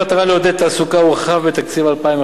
במטרה לעודד תעסוקה הורחב בתקציב 2011